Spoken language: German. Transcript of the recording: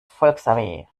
volksarmee